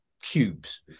Cubes